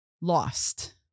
lost